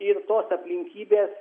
ir tos aplinkybės